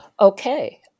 Okay